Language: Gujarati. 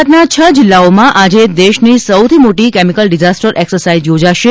ગુજરાતના છ જિલ્લાઓમાં આજે દેશની સૌથી મોટી કેમિકલ ડિઝાસ્ટર એક્સસાઇઝ યોજાશે